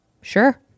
sure